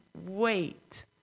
wait